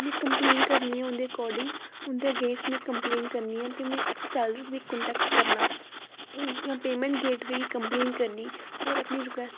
मैं कंपलेन करनी ऐ उंदे अकार्डिंग उंदे अगेंस्ट मैं कंपलेन करनी ऐ ते मैं सैल्लर गी कोंटैक्ट करना जां पेमैंट गेटबे ई कंपलेन करनी और अपनी रिक्वैस्ट